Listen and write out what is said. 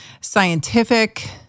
scientific